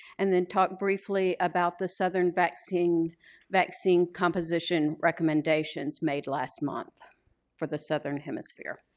and then talk briefly about the southern vaccine vaccine composition recommendations made last month for the southern hemisphere.